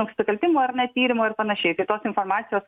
nusikaltimų ar ne tyrimų ir panašiai tai tos informacijos